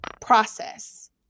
process